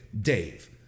Dave